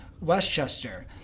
Westchester